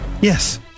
Yes